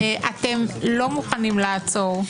אתם לא מוכנים לעצור,